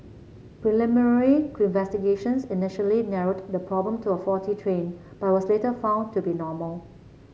preliminary initially narrowed the problem to a faulty train but was later found to be normal